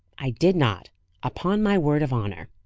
i did not upon my word of honour.